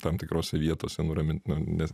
tam tikrose vietose nuramint nes